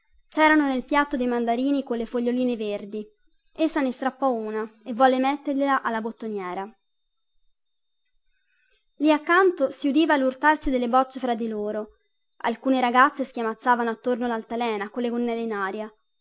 cerano nel piatto dei mandarini colle foglioline verdi essa ne strappò una e volle mettergliela alla bottoniera lì accanto si udiva lurtarsi delle bocce fra di loro alcune ragazze schiamazzavano attorno laltalena colle gonnelle in aria